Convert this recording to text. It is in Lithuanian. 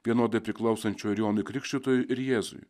vienodai priklausančio ir jonui krikštytojui ir jėzui